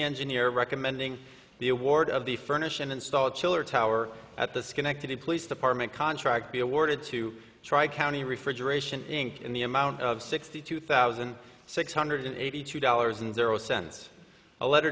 engineer recommending the award of the furnish and install chiller tower at the schenectady police department contract be awarded to try county refrigeration inc in the amount of sixty two thousand six hundred eighty two dollars and zero cents a letter